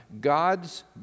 God's